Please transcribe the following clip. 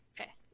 Okay